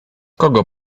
kogo